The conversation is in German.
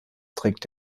trägt